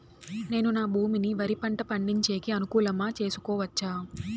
నేను నా భూమిని వరి పంట పండించేకి అనుకూలమా చేసుకోవచ్చా?